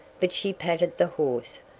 but she patted the horse,